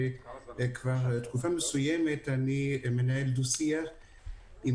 וכבר תקופה מסוימת אני מנהל דו-שיח עם